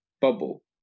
Bubble